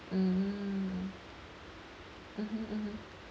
mm mmhmm mmhmm